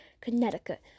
Connecticut